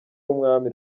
w’umwami